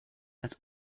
als